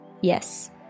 yes